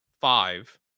five